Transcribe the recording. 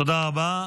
תודה רבה.